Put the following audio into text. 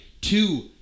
Two